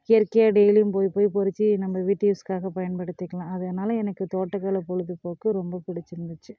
இயற்கையாக டெய்லியும் போய் போய் பறிச்சி நம்ம வீட்டு யூஸ்சுக்காக பயன்படுத்திக்கலாம் அதனால் எனக்கு தோட்டக்கலை பொழுதுபோக்கு ரொம்ப பிடிச்சிருந்துச்சி